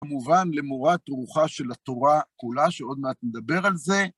כמובן, למורת רוחחה של התורה כולה, שעוד מעט נדבר על זה.